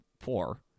four